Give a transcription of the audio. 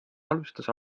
alustas